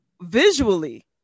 visually